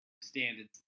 standards